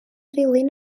ddilyn